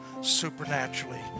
supernaturally